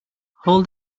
hold